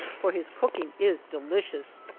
for his cooking is delicious.